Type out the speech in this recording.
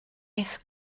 eich